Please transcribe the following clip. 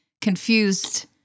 confused